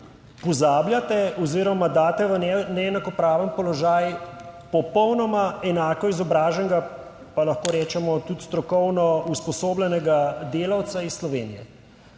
pozabljate oziroma daste v neenakopraven položaj popolnoma enako izobraženega, pa lahko rečemo tudi strokovno usposobljenega delavca iz Slovenije.